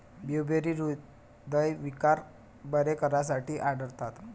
blueberry हृदयविकार बरे करण्यासाठी आढळतात